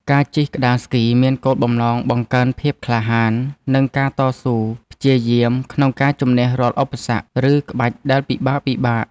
ការជិះក្ដារស្គីមានគោលបំណងបង្កើនភាពក្លាហាន និងការតស៊ូព្យាយាមក្នុងការជម្នះរាល់ឧបសគ្គ ឬក្បាច់ដែលពិបាកៗ។